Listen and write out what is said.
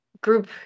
group